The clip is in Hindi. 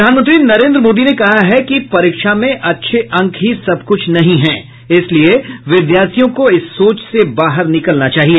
प्रधानमंत्री नरेन्द्र मोदी ने कहा है कि परीक्षा में अच्छे अंक ही सब कुछ नहीं हैं इसलिए विद्यार्थियों को इस सोच से बाहर निकलना चाहिए